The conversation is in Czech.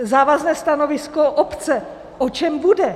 Závazné stanovisko obce o čem bude?